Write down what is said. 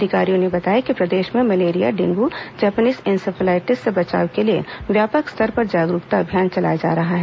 अधिकारियों ने बताया कि प्रदेश में मर्लेरिया डेंगू जापानीज इन्सेफेलाइटिस से बचाव के लिए व्यापक स्तर पर जागरूकता अभियान चलाया जा रहा हैं